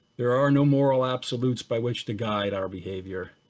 there are no moral absolutes by which to guide our behavior.